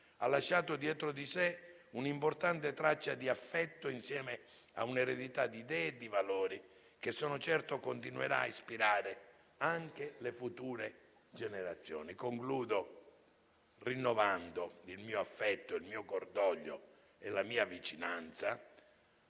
ha lasciato dietro di sé un'importante traccia di affetto, insieme ad un'eredità di idee e di valori che, sono certo, continuerà a ispirare anche le future generazioni. Concludo rinnovando il mio affetto, il mio cordoglio e la mia vicinanza